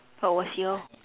what was your